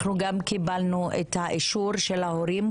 אנחנו גם קיבלנו את אישור ההורים,